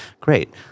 Great